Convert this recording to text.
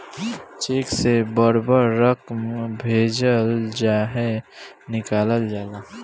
check से बड़ बड़ रकम भेजल चाहे निकालल जाला